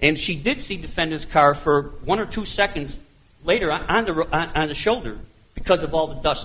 and she did see defend his car for one or two seconds later on the right and the shoulder because of all the dust